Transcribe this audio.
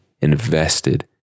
invested